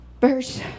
verse